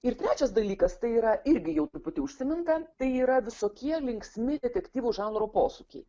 ir trečias dalykas tai yra irgi jau truputį užsiminta tai yra visokie linksmi detektyvų žanro posūkiai